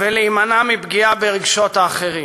ולהימנע מפגיעה ברגשות האחרים.